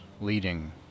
leading